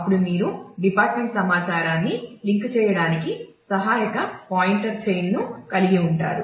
అప్పుడు మీరు డిపార్ట్మెంట్ సమాచారాన్ని లింక్ చేయడానికి సహాయక పాయింటర్ చైన్ ను కలిగి ఉంటారు